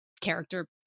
character